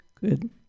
good